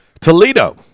Toledo